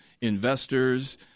investors